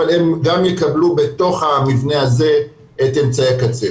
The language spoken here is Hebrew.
אבל הם גם יקבלו בתוך המבנה הזה את אמצעי הקצה.